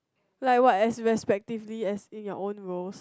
like what as respectively as in your own roles